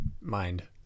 mind